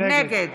נגד